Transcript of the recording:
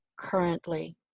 currently